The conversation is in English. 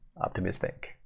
optimistic